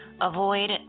Avoid